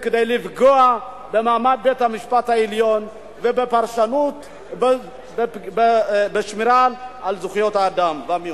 לפגוע במעמד בית-המשפט העליון ובפרשנות ובשמירה על זכויות האדם והמיעוט.